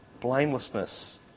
blamelessness